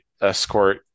escort